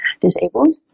disabled